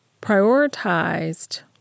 prioritized